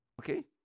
Okay